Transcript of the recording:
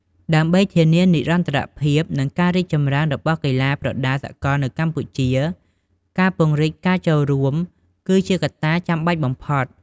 ដើម្បីធានានិរន្តរភាព និងការរីកចម្រើនរបស់កីឡាប្រដាល់សកលនៅកម្ពុជា ការពង្រីកការចូលរួមគឺជាកត្តាចាំបាច់បំផុត។